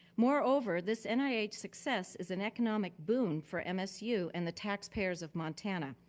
moreover this and nih ah success is an economic boom for msu and the taxpayers of montana.